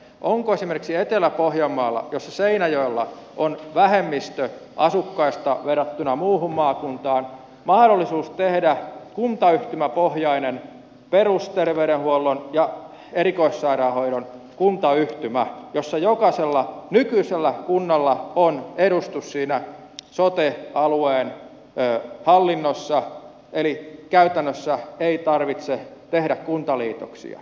onko esimerkiksi etelä pohjanmaalla jossa seinäjoella on vähemmistö asukkaista verrattuna muuhun maakuntaan mahdollisuus tehdä kuntayhtymäpohjainen perusterveydenhuollon ja erikoissairaanhoidon kuntayhtymä jossa jokaisella nykyisellä kunnalla on edustus siinä sote alueen hallinnossa eli käytännössä ei tarvitse tehdä kuntaliitoksia